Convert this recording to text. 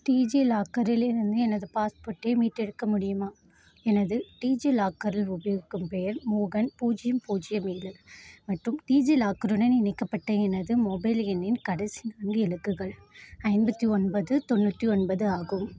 டிஜிலாக்கரிலிருந்து எனது பாஸ்போர்ட்டை மீட்டெடுக்க முடியுமா எனது டிஜிலாக்கரில் உபயோக்கும் பெயர் மோகன் பூஜ்யம் பூஜ்யம் ஏழு மற்றும் டிஜிலாக்கருடன் இணைக்கப்பட்ட எனது மொபைல் எண்ணின் கடைசி நான்கு இலக்குகள் ஐம்பத்தி ஒன்பது தொண்ணூத்தி ஒன்பது ஆகும்